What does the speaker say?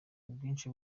ubwinshi